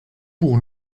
pour